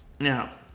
Now